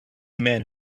men